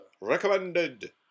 Recommended